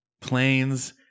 Planes